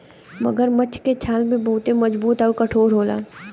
मगरमच्छ के छाल भी बहुते मजबूत आउर कठोर होला